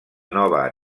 nova